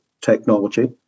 technology